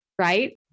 right